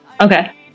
okay